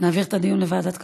להעביר את הדיון לוועדת כלכלה?